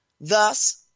Thus